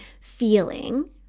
feeling